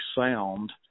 sound